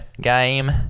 game